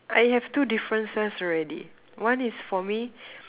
I have two differences already one is for me